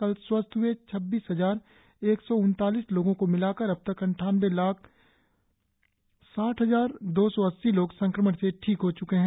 कल स्वस्थ हए छब्बीस हजार एक सौ उनतालीस लोगो को मिलाकर अब तक अंठानवे लाख साठ हजार दो सौ अस्सी लोग संक्रमण से ठीक हो च्के है